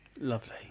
Lovely